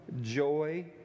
joy